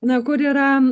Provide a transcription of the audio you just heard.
na kur yra